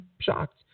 shocked